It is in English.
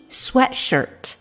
sweatshirt